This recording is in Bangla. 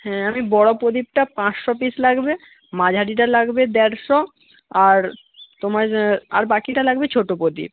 হ্যাঁ আমি বড়ো প্রদীপটা পাঁচশো পিস লাগবে মাঝারিটা লাগবে দেড়শো আর তোমার বাকিটা লাগবে ছোটো প্রদীপ